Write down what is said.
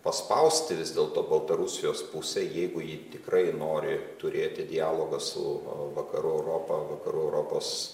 paspausti vis dėlto baltarusijos pusę jeigu ji tikrai nori turėti dialogą su vakarų europa vakarų europos